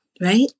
right